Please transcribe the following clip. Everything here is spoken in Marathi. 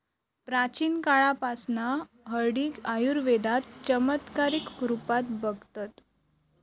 प्राचीन काळापासना हळदीक आयुर्वेदात चमत्कारीक रुपात बघतत